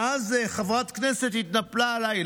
ואז חברת כנסת התנפלה עליי.